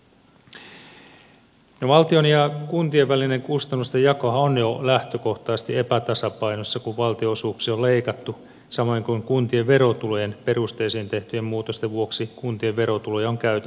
no valtion ja kuntien välinen kustannustenjakohan on jo lähtökohtaisesti epätasapainossa kun valtionosuuksia on leikattu samoin kuin kuntien verotulojen perusteisiin tehtyjen muutosten vuoksi kuntien verotuloja on käytännössä leikattu